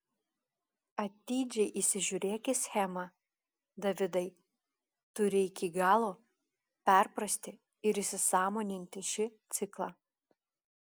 atidžiai įsižiūrėk į schemą davidai turi iki galo perprasti ir įsisąmoninti šį ciklą